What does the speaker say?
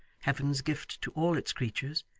heaven's gift to all its creatures,